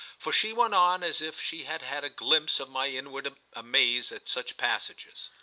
for she went on as if she had had a glimpse of my inward amaze at such passages.